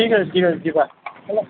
ଠିକ୍ ଅଛି ଠିକ୍ ଅଛି ଯିିବା ହେଲା